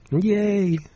Yay